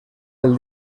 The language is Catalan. del